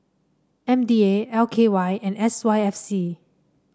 M D A L K Y and S Y F C